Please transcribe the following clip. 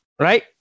right